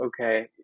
okay